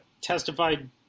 testified